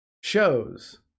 shows